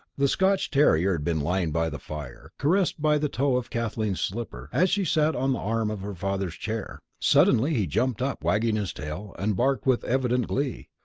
the scotch terrier had been lying by the fire, caressed by the toe of kathleen's slipper, as she sat on the arm of her father's chair. suddenly he jumped up, wagging his tail, and barked with evident glee.